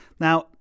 Now